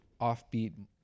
offbeat